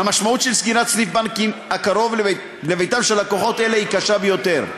המשמעות של סגירת סניף בנק הקרוב לביתם של לקוחות אלה היא קשה ביותר.